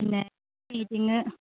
പിന്നെ മീറ്റിംഗ്